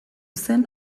zen